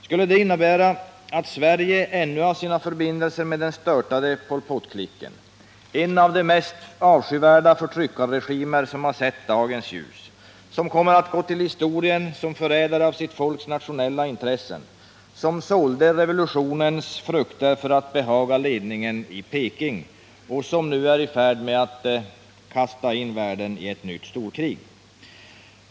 Skulle det innebära att Sverige ännu har sina förbindelser med den störtade Pol Pot-klicken — en av de mest avskyvärda förtryckarregimer som har sett dagens ljus, en regim som kommer att gå till historien som förrädare mot sitt folks nationella intressen, en regim som sålde revolutionens frukter för att behaga ledningen i Peking, vilken nu är i färd med att kasta världen in i ett nytt storkrig?